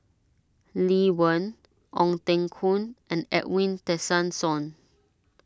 Lee Wen Ong Teng Koon and Edwin Tessensohn